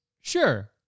sure